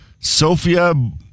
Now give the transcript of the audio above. Sophia